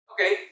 Okay